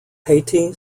haiti